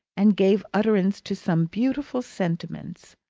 and gave utterance to some beautiful sentiments.